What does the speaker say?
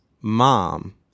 mom